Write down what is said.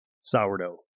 Sourdough